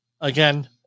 Again